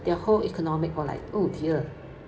their whole economic were like oh dear